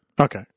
Okay